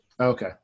Okay